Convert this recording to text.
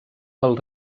pel